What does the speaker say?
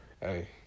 hey